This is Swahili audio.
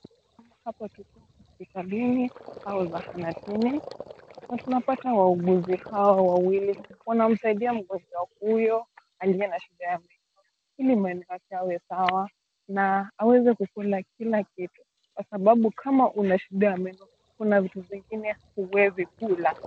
Hapa tupo hospitalini au zahanatini na tunapata wauguzi hawa wawili wanamsaidia mgonjwa huyu aliye na shida ya meno ili meno yake yawe sawa na aweze kukula kila kitu kwa sababu kama ukona shida ya meno kuna vitu zingine huwezi kula.